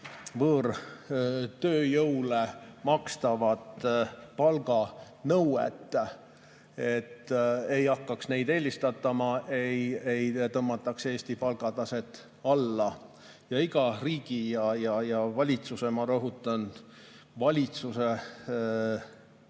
võõrtööjõule makstava palga nõuet, et ei hakataks neid eelistama, ei tõmmataks Eesti palgataset alla. Iga riigi ja valitsuse – ma rõhutan: valitsuse